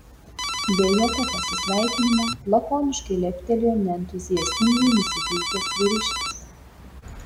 be jokio pasisveikinimo lakoniškai leptelėjo neentuziastingai nusiteikęs vyriškis